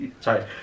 sorry